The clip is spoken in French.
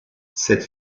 cette